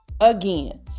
again